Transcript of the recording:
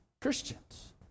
Christians